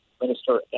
minister